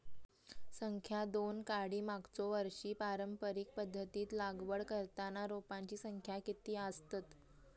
संख्या दोन काडी मागचो वर्षी पारंपरिक पध्दतीत लागवड करताना रोपांची संख्या किती आसतत?